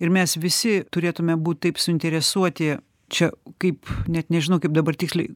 ir mes visi turėtume būt taip suinteresuoti čia kaip net nežinau kaip dabar tiksliai